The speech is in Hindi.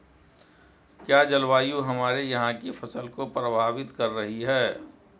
क्या जलवायु हमारे यहाँ की फसल को प्रभावित कर रही है?